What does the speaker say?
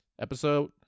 episode